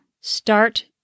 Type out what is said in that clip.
Start